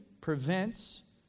prevents